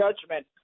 judgment